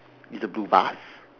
it's a blue vase